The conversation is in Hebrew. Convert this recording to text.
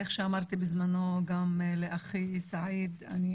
איך שאמרתי בזמנו גם לאחי סעיד א',